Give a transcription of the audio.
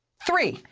three,